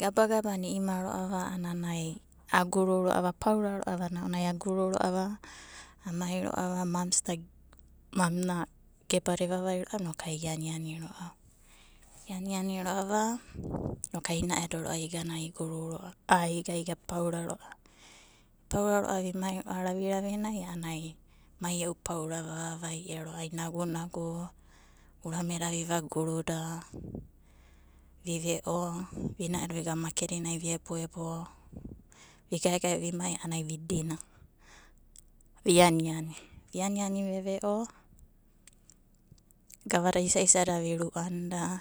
Gabagabanai i'ima ro'ava a'anai aguru ro'ava apuara mams, ma na gebada evavai ro'ava inokai ai ianiani ro'ava inokai ina'edo ro'ava iguru a iga ipaura ro'ava ipaura ro'ava imai ro'ava raviravinai a'ana mai e'u paura vavavai ero ai nagunagu, urameda viva guruda vive'o, vina'edo viga makedinai vi eboebo vigaegae vimai a'anai vi dina, vianiani veve'o gavada isa isadada viruanda.